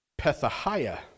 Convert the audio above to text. Pethahiah